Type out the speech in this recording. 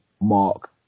Mark